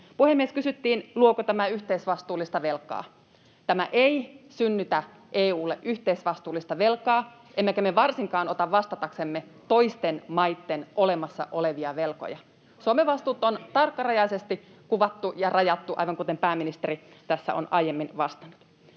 Puhemies! Kysyttiin, luoko tämä yhteisvastuullista velkaa. — Tämä ei synnytä EU:lle yhteisvastuullista velkaa, emmekä me varsinkaan ota vastataksemme toisten maitten olemassa olevia velkoja. Suomen vastuut on tarkkarajaisesti kuvattu ja rajattu, aivan kuten pääministeri tässä on aiemmin vastannut.